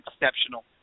exceptional